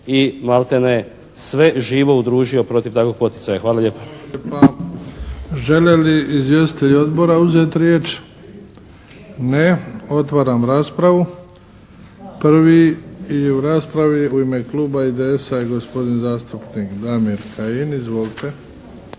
i maltene sve živo udružio protiv takvog poticaja. Hvala lijepa. **Bebić, Luka (HDZ)** Hvala lijepa. Žele li izvjestitelji odbora uzeti riječ? Ne. Otvaram raspravu. Prvi je u raspravi u ime Kluba IDS-a, gospodin zastupnik Damir Kajin. Izvolite.